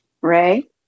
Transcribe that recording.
Ray